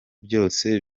byose